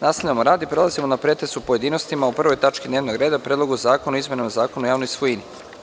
Nastavljamo rad i prelazimo na pretres u pojedinostima o 1. tački dnevnog reda – PREDLOGU ZAKONA O IZMENAMA ZAKONA O JAVNOJ SVOJINI.